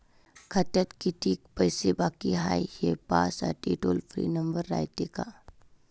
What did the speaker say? खात्यात कितीक पैसे बाकी हाय, हे पाहासाठी टोल फ्री नंबर रायते का?